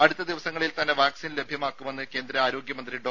അടുത്ത ദിവസങ്ങളിൽ തന്നെ വാക്സിൻ ലഭ്യമാക്കുമെന്ന് കേന്ദ്ര ആരോഗ്യ മന്ത്രി ഡോ